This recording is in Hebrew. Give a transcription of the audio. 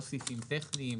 לא טכניים.